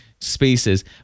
spaces